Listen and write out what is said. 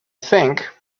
think